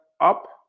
up